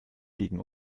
gegen